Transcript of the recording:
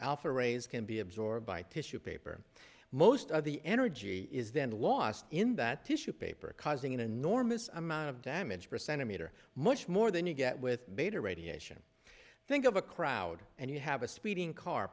alpha rays can be absorbed by tissue paper most of the energy is then lost in that tissue paper causing an enormous amount of damage for centimeter much more than you get with beta radiation think of a crowd and you have a speeding car